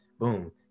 Boom